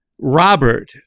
Robert